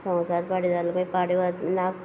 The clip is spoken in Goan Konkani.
संवसार पाडवो जाल माय पाडवो नाग